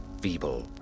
feeble